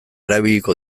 erabiliko